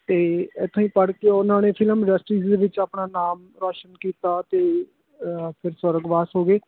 ਅਤੇ ਇੱਥੋਂ ਹੀ ਪੜ੍ਹ ਕੇ ਉਨ੍ਹਾਂ ਨੇ ਫ਼ਿਲਮ ਇੰਡਸਟਰੀ ਦੇ ਵਿੱਚ ਆਪਣਾ ਨਾਮ ਰੋਸ਼ਨ ਕੀਤਾ ਅਤੇ ਫਿਰ ਸਵਰਗਵਾਸ ਹੋ ਗਏ